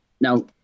Now